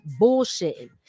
bullshitting